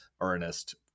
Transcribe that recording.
earnest